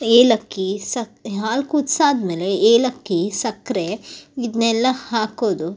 ಏಲಕ್ಕಿ ಸಕ್ ಹಾಲು ಕುದಿಸಾದ್ಮೇಲೆ ಏಲಕ್ಕಿ ಸಕ್ಕರೆ ಇದನ್ನೆಲ್ಲ ಹಾಕೋದು